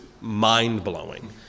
mind-blowing